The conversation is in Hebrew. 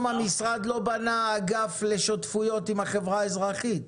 המשרד לא בנה אגף לשותפויות עם החברה האזרחית.